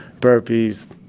burpees